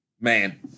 Man